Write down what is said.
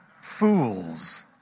Fool's